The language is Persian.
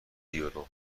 یورو